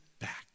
back